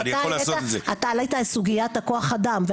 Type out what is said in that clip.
אתה העלית את סוגיית כוח האדם.